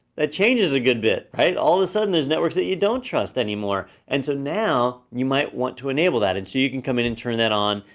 that changes a good bit, right? all of a sudden, there's networks that you don't trust anymore. and so now, you might want to enable that and so you can come in and turn that on,